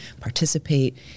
participate